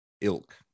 ilk